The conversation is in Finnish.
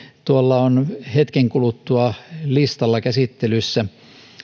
tuolla on hetken kuluttua listalla käsittelyssä